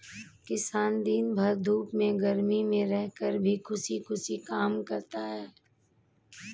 किसान दिन भर धूप में गर्मी में रहकर भी खुशी खुशी काम करता है